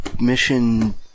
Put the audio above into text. mission